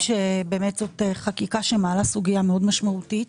זוהי חקיקה שמעלה סוגייה מאוד משמעותית